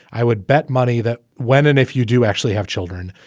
i would bet money that when and if you do actually have children,